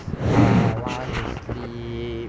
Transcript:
ya I want to sleep